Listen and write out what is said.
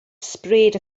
sprayed